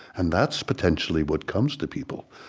and that's, potentially, what comes to people.